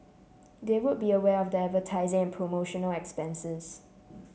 they would be aware of the advertising and promotional expenses